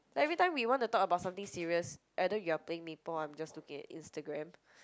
like every time we want to talk about something serious either you're playing maple or I'm just looking at Instagram